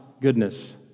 goodness